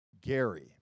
Gary